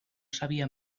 sabia